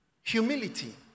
Humility